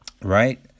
right